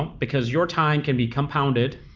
because your time can be compounded.